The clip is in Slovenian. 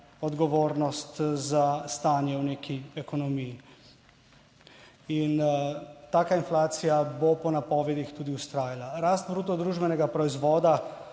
odgovornost za stanje v neki ekonomiji. In taka inflacija bo po napovedih tudi vztrajala. Rast bruto družbenega proizvoda